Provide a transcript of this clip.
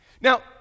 Now